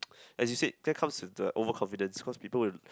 as you said faith comes with the over confidence cause people will